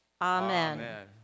Amen